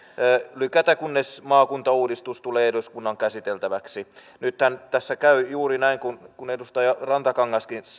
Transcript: lykätä kunnes maakuntauudistus tulee eduskunnan käsiteltäväksi nythän tässä käy juuri näin kuin edustaja rantakangaskin